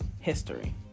history